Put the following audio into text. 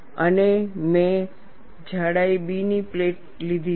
અને મેં જાડાઈ B ની પ્લેટ લીધી છે